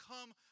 come